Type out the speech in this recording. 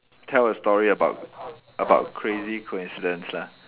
tell a story about about crazy coincidence lah